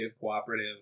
cooperative